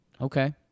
Okay